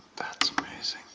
that's amazing.